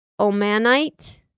Omanite